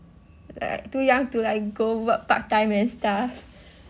like too young to like go work part time and stuff